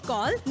Call